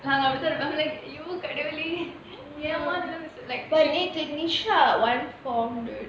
நாங்க அப்டித்தான் இருக்கோம் ஆனா இவங்க கடவுளே:naanga apdithaan irukom aana avanga kadavulae I'm like nisha [one] found